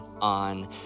on